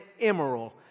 emerald